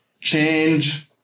change